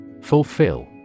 Fulfill